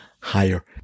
higher